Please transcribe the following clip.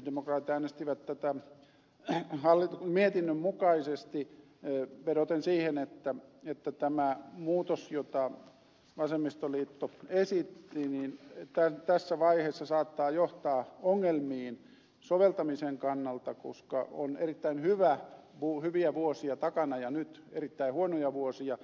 kristillisdemokraatit äänestivät mietinnön mukaisesti vedoten siihen että tämä muutos jota vasemmistoliitto esitti tässä vaiheessa saattaa johtaa ongelmiin soveltamisen kannalta koska on erittäin hyviä vuosia takana ja nyt erittäin huonoja vuosia